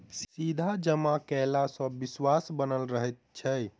सीधा जमा कयला सॅ विश्वास बनल रहैत छै